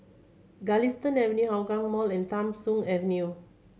Galistan Avenue Hougang Mall and Tham Soong Avenue